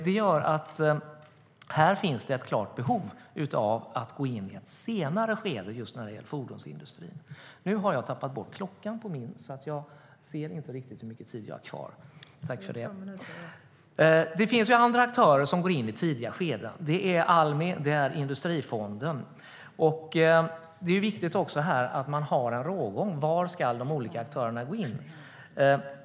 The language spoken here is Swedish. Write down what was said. Det gör att det finns ett klart behov av att gå in i ett senare skede just när det gäller fordonsindustrin. Det finns andra aktörer som går in i tidiga skeden. Det är Almi, och det är Industrifonden. Det är viktigt att man har en rågång - var ska de olika aktörerna gå in?